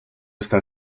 está